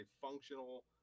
functional